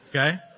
Okay